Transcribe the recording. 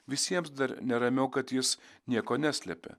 visiems dar neramiau kad jis nieko neslepia